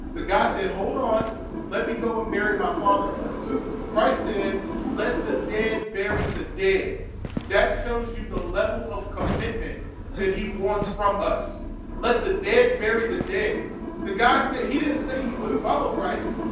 the guy said hold on let me go and bury my father first christ said let the dead bury the dead that shows you the level of commitment that he wants us let the dead bury the dead the guy said he didn't say he wouldn't follow christ.